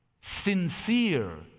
sincere